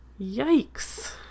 Yikes